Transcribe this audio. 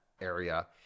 area